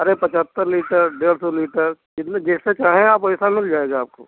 अरे पचहत्तर लीटर डेढ़ सौ लीटर जितने जैसा चाहे आप वैसा मिल जाएगा आपको